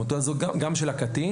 תעודת זהות גם של הקטין,